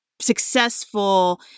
successful